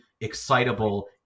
excitable